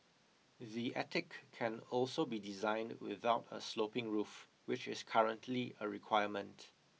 the attic can also be designed without a sloping roof which is currently a requirement